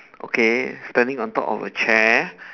okay standing on top of a chair